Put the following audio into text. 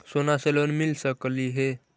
सोना से लोन मिल सकली हे?